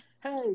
hey